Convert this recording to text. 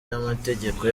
n’amategeko